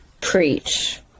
Preach